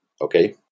Okay